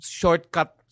shortcut